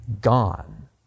gone